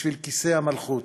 בשביל כיסא המלכות.